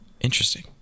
Interesting